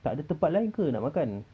takde tempat lain ke nak makan